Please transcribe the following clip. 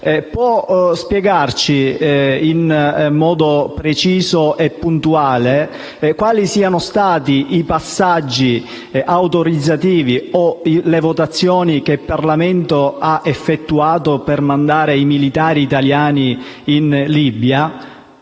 può spiegarci in modo preciso e puntuale i passaggi autorizzativi o le votazioni che il Parlamento ha effettuato per mandare i militari italiani in Libia?